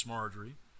Marjorie